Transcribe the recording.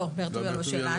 לא, באר טוביה לא שלנו.